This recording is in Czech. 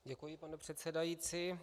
Děkuji, pane předsedající.